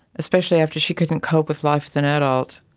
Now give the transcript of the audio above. especially after she couldn't cope with life as an adult,